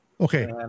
Okay